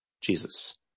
Jesus